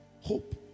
Hope